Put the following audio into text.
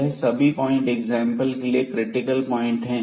यह सभी point example के लिए क्रिटिकल पॉइंट हैं